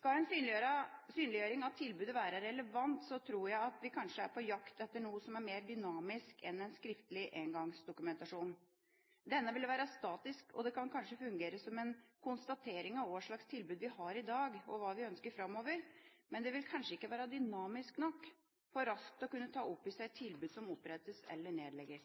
Skal en synliggjøring av tilbudet være relevant, tror jeg at vi kanskje er på jakt etter noe som er mer dynamisk enn en skriftlig engangsdokumentasjon. Denne vil være statisk, og det kan kanskje fungere som en konstatering av hva slags tilbud vi har i dag, og hva vi ønsker framover, men det vil kanskje ikke være dynamisk nok for raskt å kunne ta opp i seg tilbud som opprettes eller nedlegges.